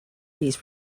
these